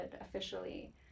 officially